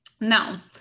Now